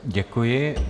Děkuji.